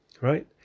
right